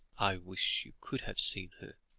i wish you could have seen her,